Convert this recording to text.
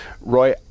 Roy